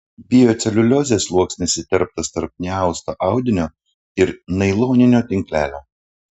bioceliuliozės sluoksnis įterptas tarp neausto audinio ir nailoninio tinklelio